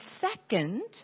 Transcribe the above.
second